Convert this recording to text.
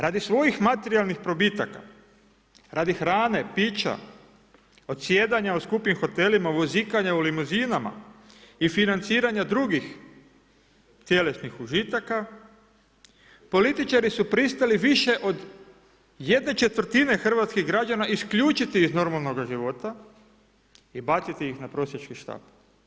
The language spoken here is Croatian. Radi svojih materijalnih probitaka, radi hrane, pića, odsjedanja u skupim hotelima, vozikanja u limuzinama i financiranja drugih tjelesnih užitaka, političari su pristali više od ¼ hrvatskih građana isključiti iz normalnoga života i baciti ih na prosjački štap.